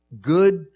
good